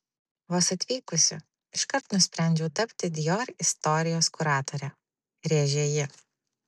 vos atvykusi iškart nusprendžiau tapti dior istorijos kuratore rėžė ji